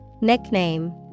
Nickname